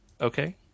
okay